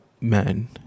men